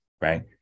Right